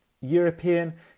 European